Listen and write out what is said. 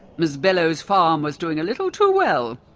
ms bellows's farm was doing a little too well!